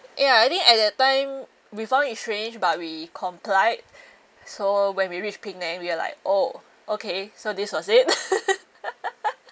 ya I think at that time we found it strange but we complied so when we reach penang we're like oh okay so this was it